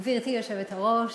גברתי היושבת-ראש,